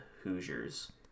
Hoosiers